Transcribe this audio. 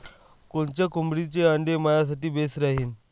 कोनच्या कोंबडीचं आंडे मायासाठी बेस राहीन?